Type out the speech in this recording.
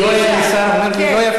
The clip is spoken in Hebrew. יואל ניסה, אמר לי: לא יפה.